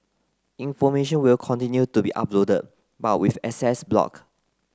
information will continue to be uploaded but with access block